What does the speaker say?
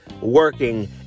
working